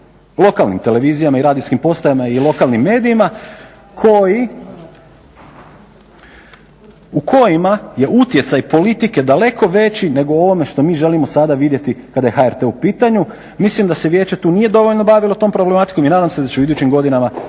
lokalnim televizijama i radijskim postajama i lokalnim medijima u kojima je utjecaj politike daleko veći nego u ovome što mi želimo sada vidjeti kada je HRT u pitanju. Mislim da se vijeće tu nije dovoljno bavilo tom problematikom i nadam se da će u idućim godinama